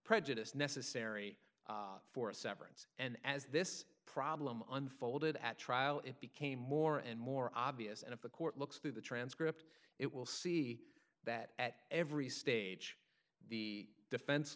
prejudice necessary for a severance and as this problem unfolded at trial it became more and more obvious and if the court looks through the transcript it will see that at every stage the defen